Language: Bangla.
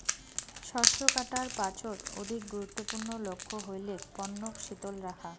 শস্য কাটার পাছত অধিক গুরুত্বপূর্ণ লক্ষ্য হইলেক পণ্যক শীতল রাখা